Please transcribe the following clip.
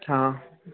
હં